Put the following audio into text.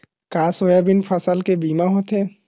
का सोयाबीन फसल के बीमा होथे?